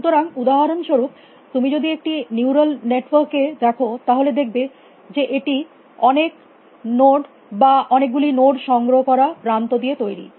সুতরাং উদাহরনস্বরুপ তুমি যদি একটি নিউরাল নেটওয়ার্ক এ দেখো তাহলে দেখবে যে এটি অনেক নোড বা অনেক নোড সংগ্রহ করা প্রান্ত দিয়ে তৈরী